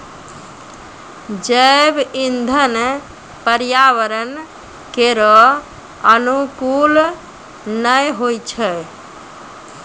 जैव इंधन पर्यावरण केरो अनुकूल नै होय छै